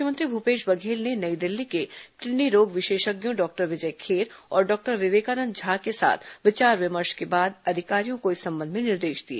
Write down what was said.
मुख्यमंत्री भूपेश बघेल ने नई दिल्ली के किडनी रोग विशेषज्ञों डॉक्टर विजय खेर और डॉक्टर विवेकानंद झा के साथ विचार विमर्श के बाद अधिकारियों को इस संबंध में निर्देश दिए